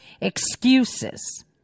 excuses